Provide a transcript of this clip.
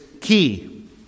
key